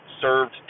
served